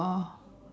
oh